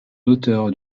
l’auteur